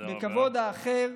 בכיבוד האחר.